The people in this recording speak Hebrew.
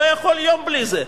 לא יכול לעבור יום בלי זה.